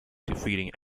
defeating